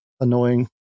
annoying